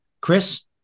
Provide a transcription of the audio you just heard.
Chris